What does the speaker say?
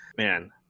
Man